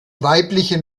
weiblichen